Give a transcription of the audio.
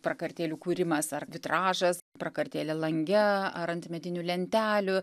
prakartėlių kūrimas ar vitražas prakartėlė lange ar ant medinių lentelių